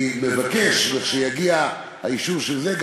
אני מבקש שלכשיגיע האישור של זה,